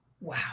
Wow